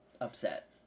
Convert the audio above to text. upset